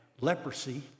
leprosy